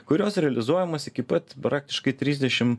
kurios realizuojamos iki pat praktiškai trisdešim